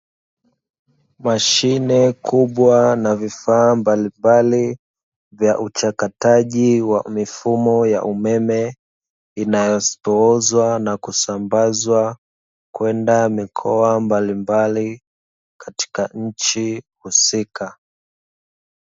Mashine kubwa na vifaa mbalimbali vya uchakataji wa mifumo ya umeme inayopoozwa na kusambazwa kwenda mikoa mbalimbali katika nchi husika.